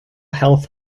health